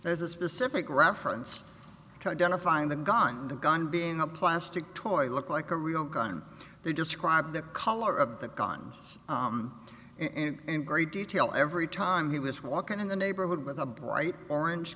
there's a specific reference to identifying the gun the gun being a plastic toy look like a real gun they describe the color of the gun in great detail every time he was walking in the neighborhood with a bright orange